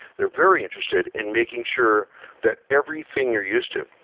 they're very interested in making sure that everything you're used to.